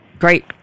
Great